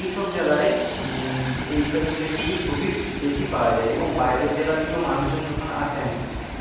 এই সব জেলায় এই সব জিনিসগুলি খুবই বেশি পাওয়া যায় এবং বাইরের জেলা থেকেও মানুষজন যখন আসেন